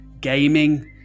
gaming